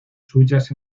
suyas